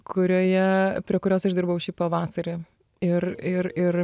kurioje prie kurios aš dirbau šį pavasarį ir ir ir